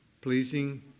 pleasing